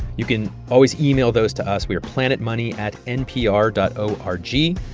you can always email those to us. we are planetmoney at npr dot o r g.